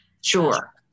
Sure